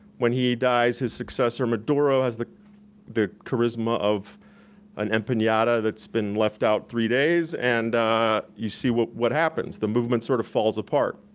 when he dies, his successor maduro has the the charisma of an empanada that's been left out three days, and you see what what happens. the movement sort of falls apart.